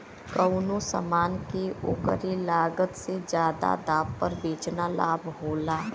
कउनो समान के ओकरे लागत से जादा दाम पर बेचना लाभ होला